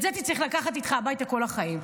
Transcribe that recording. את זה תצטרך לקחת איתך הביתה כל החיים.